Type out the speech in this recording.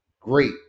great